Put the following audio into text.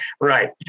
Right